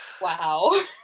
wow